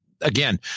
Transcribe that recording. again